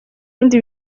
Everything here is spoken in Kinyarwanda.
ibindi